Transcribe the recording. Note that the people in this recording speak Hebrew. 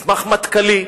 מסמך מטכ"לי,